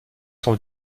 son